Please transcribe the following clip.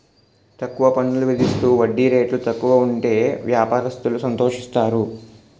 తక్కువ పన్నులు విధిస్తూ వడ్డీ రేటు తక్కువ ఉంటే వ్యాపారస్తులు సంతోషిస్తారు